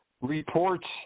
reports